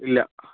ഇല്ല